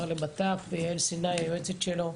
יעל סיני היועצת שלו,